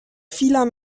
vieler